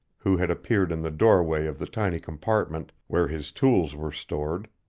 who had appeared in the doorway of the tiny compartment where his tools were stored.